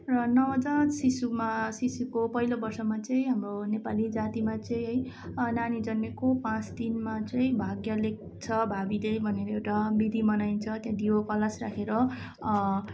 र नवजात शिशुमा शिशुको पहिलो वर्षमा चाहिँ हाम्रो नेपाली जातिमा चाहिँ है नानी जन्मेको पाँच दिनमा चाहिँ भाग्य लेख्छ भावीले भनेर एउटा विधि मनाइन्छ त्यहाँ दियो कलश राखेर